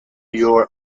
your